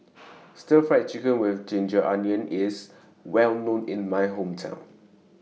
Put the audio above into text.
Stir Fried Chicken with Ginger Onions IS Well known in My Hometown